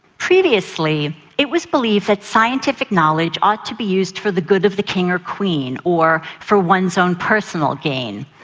previously, it was believed that scientific knowledge ought to be used for the good of the king or queen, or for one's own personal gain.